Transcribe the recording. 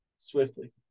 Swiftly